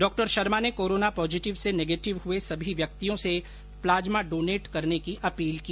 डॉ शर्मा ने corona positive से नेगेटिव हुए सभी व्यक्तियों से प्लाज्मा डोनेट करने की अपील की